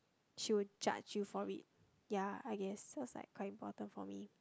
she will judge you for it ya I guess so it was like quite important for me